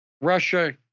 Russia